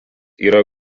yra